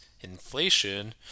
inflation